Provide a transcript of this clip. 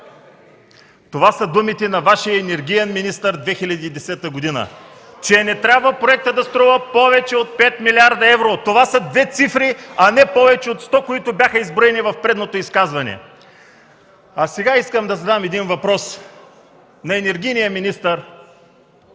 Това са думите на Вашия енергиен министър 2010 г. – че проектът не трябва да струва повече от 5 млрд. евро. Това са две цифри, а не повече от 100, които бяха изброени в предното изказване. А сега искам да задам един въпрос на енергийния министър...